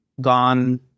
gone